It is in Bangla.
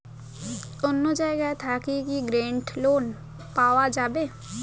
অন্য জায়গা থাকি কি গোল্ড লোন পাওয়া যাবে?